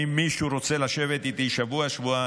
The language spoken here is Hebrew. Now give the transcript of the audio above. ואם מישהו רוצה לשבת איתי שבוע, שבועיים,